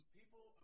people